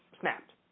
snapped